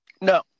No